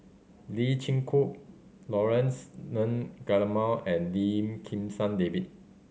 Lee Chin Koon Laurence Nunn Guillemard and Lim Kim San David